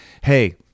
hey